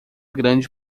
grande